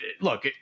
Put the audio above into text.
look